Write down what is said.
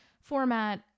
format